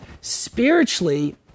spiritually